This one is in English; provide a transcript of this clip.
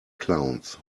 clowns